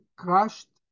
crushed